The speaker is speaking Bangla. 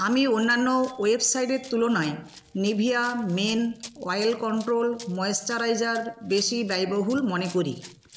আমি অন্যান্য ওয়েবসাইটের তুলনায় Nivea men oil control moisturiser বেশি ব্যয়বহুল বলে মনে করি